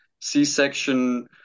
C-section